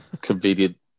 convenient